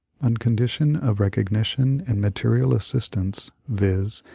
on condition of recognition and material assistance, viz.